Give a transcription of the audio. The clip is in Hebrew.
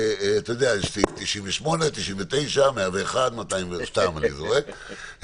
אתה יודע, יש סעיף 98, 99, 101 סתם אני זורק.